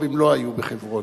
זועבים לא היו בחברון.